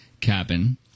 cabin